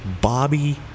Bobby